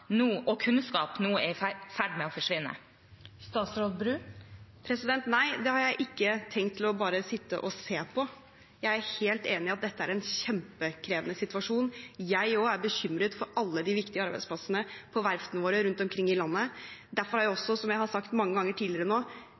nå er i ferd med å forsvinne? Nei, det har jeg ikke tenkt bare å sitte og se på. Jeg er helt enig i at dette er en kjempekrevende situasjon. Også jeg er bekymret for alle de viktige arbeidsplassene på verftene våre rundt omkring i landet. Derfor har jeg også, som jeg har sagt mange ganger tidligere,